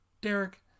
Derek